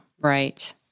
Right